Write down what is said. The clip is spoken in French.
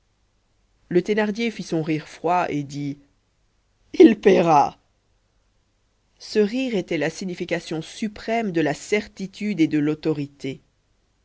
le thénardier fit son rire froid et dit il payera ce rire était la signification suprême de la certitude et de l'autorité